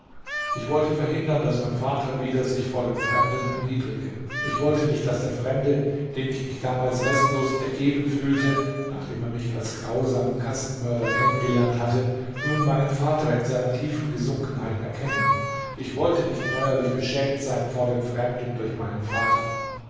ich wollte verhindern daß mein vater wieder sich vor dem fremden erniedrige ich wollte nicht daß der fremde dem ich mich damals restlos ergeben fühlte nachdem er mich als grausamen katzenmörder kennengelernt hatte nun meinen vater in seiner tiefen gesunkenheit erkenne ich wollte nicht neuerlich beschämt sein vor dem fremden durch meinen vater